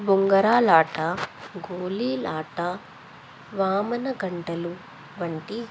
బొంగరాల ఆట గోలీలాట వామన గుంటలు వంటి